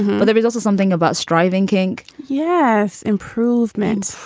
but there is also something about striving kink. yes. improvement,